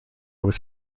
was